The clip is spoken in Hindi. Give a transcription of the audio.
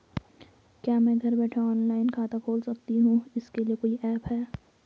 क्या मैं घर बैठे ऑनलाइन खाता खोल सकती हूँ इसके लिए कोई ऐप है?